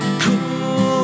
cool